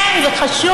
כן, זה חשוב,